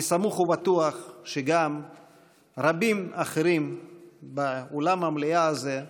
אני סמוך ובטוח שכך גם רבים אחרים באולם המליאה הזה.